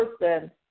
person